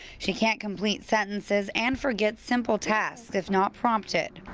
she can't complete sentences and forgets simple tasks if not prompted.